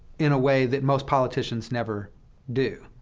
in a way that most politicians never do,